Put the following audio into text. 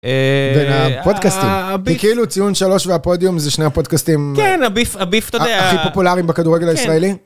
פודקאסטים, כאילו ציון שלוש והפודיום זה שני הפודקאסטים הכי פופולריים בכדורגל הישראלי.